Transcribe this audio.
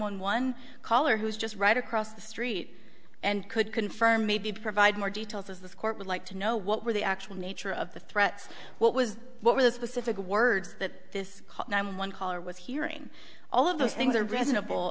one one caller who is just right across the street and could confirm maybe provide more details as this court would like to know what were the actual nature of the threats what was what were the specific words that this one caller was hearing all of those things are reasonable